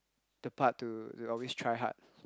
the part to to always try hard